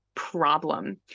problem